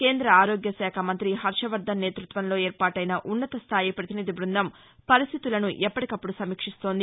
కేంద్ర ఆరోగ్య శాఖ మంత్రి హర్షవర్ధన్ నేతృత్వంలో ఏర్పాటైన ఉన్నతస్థాయి ప్రతినిధి బృందం పరిస్థితులను ఎప్పిటీకప్పుడు సమీక్షిస్తోంది